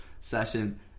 session